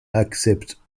accepte